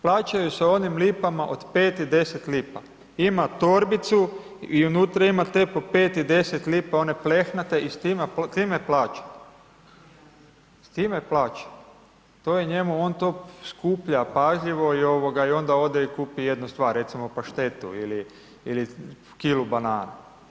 Plaćaju sa onim lipama od 5 i 10 lipa, ima torbicu i unutra ima te po 5 i 10 lipa, one plehnate i s time plaća, s time plaća, to je njemu, on to skuplja pažljivo i onda ode i kupi jednu stvar, recimo paštetu ili kilu banana.